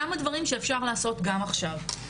כמה דברים שאפשר לעשות גם עכשיו: